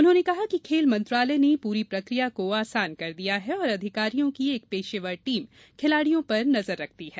उन्होंने कहा कि खेल मंत्रालय ने पूरी प्रक्रिया को आसान बना दिया है और अधिकारियों की एक पेशेवर टीम खिलाड़ियों पर नजर रखती है